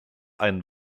einen